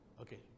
okay